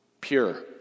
pure